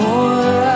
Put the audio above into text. More